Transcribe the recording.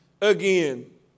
again